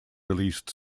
released